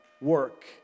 work